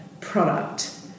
product